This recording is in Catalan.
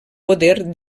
poder